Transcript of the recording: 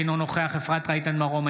אינו נוכח אפרת רייטן מרום,